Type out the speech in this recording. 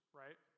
right